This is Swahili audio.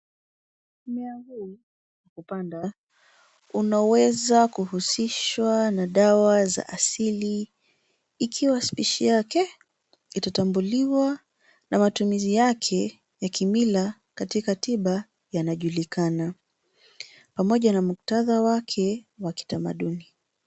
Mmea huu hupandwa unaweza kuhusishwa na dawa za asili ikiwa [cs ] spesho[cs ] yake itatambuliwa na matumizi yake ya kimila katika tiba anajulikana pamoja na muktadha wake wa kitamaduni.